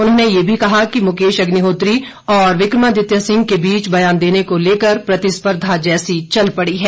उन्होंने यह भी कहा कि मुकेश अग्निहोत्री और विक्रमादित्य सिंह के बीच ब्यान देने को लेकर प्रतिस्पर्धा जैसी चल पड़ी है